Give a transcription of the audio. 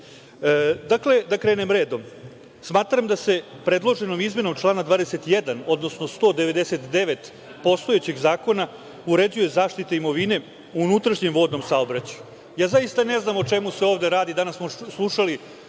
da krenem redom. Smatram da se predloženom izmenom člana 21, odnosno 199. postojećeg zakona uređuje zaštita imovine unutrašnjem vodnom saobraćaju. Zaista ne znam o čemu se ovde radi, danas smo slušali